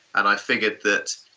and i figured that